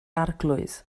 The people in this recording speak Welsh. arglwydd